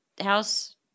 house